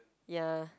ya